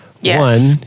One